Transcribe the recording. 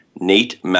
nate